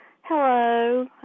Hello